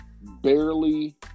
barely